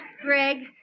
Greg